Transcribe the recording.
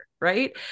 right